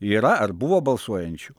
yra ar buvo balsuojančių